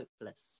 hopeless